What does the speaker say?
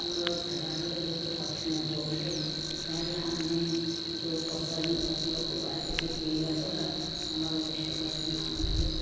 ଆମର ଝାଡ଼ା ହେବାର ବହୁତ କଠିନ ହେଉଥାଏ ତା'ହେଲେ ଆମେ ଯେଉଁ ପସାରୁଣୀ ପତ୍ରକୁ ବାଟିକି ପିଇବାଦ୍ୱାରା ଆମର କୋଷ୍ଠକାଠିନ୍ୟ ଆମଠାରୁ